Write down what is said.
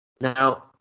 Now